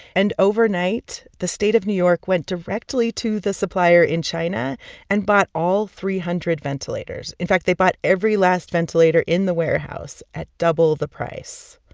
and overnight, the state of new york went directly to the supplier in china and bought all three hundred ventilators. in fact, they bought every last ventilator in the warehouse at double the price.